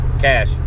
Cash